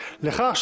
לכך,